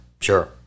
sure